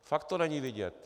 Fakt to není vidět.